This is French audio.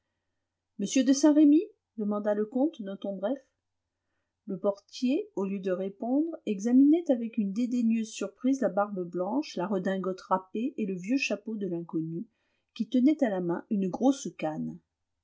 m de saint-remy demanda le comte d'un ton bref le portier au lieu de répondre examinait avec une dédaigneuse surprise la barbe blanche la redingote râpée et le vieux chapeau de l'inconnu qui tenait à la main une grosse canne